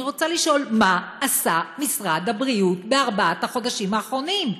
אני רוצה לשאול מה עשה משרד הבריאות בארבעת החודשים האחרונים?